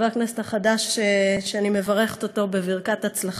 חבר הכנסת החדש, שאני מברכת אותו בברכת הצלחה,